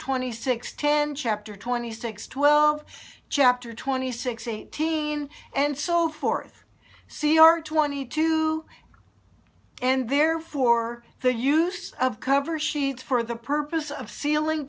twenty six ten chapter twenty six twelve chapter twenty six eighteen and so forth c r twenty two and therefore the use of cover sheet for the purpose of sealing